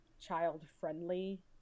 child-friendly